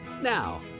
Now